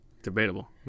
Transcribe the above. debatable